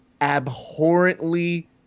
abhorrently